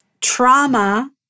trauma